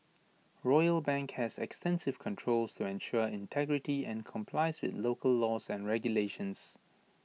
royal bank has extensive controls to ensure integrity and complies with local laws and regulations